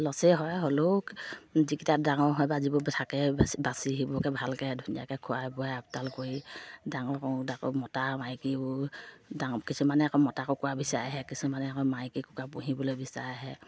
লচেই হয় হ'লেও যিকেইটা ডাঙৰ হয় বা যিবোৰ থাকে বাচি বাচি সেইবোৰকে ভালকৈ ধুনীয়াকৈ খোৱাই বোৱাই আপতাল কৰি ডাঙৰ কৰোঁ তাকো মতা মাইকী ডাঙৰ কিছুমানে আকৌ মতা কুকুৰা বিচাৰি আহে কিছুমানে আকৌ মাইকী কুকুৰা পুহিবলৈ বিচাৰি আহে